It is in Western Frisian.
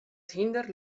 hynder